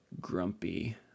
grumpy